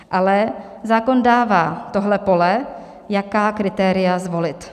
Ale zákon dává tohle pole, jaká kritéria zvolit.